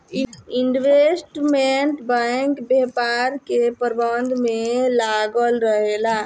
investment bank व्यापार के प्रबंधन में लागल रहेला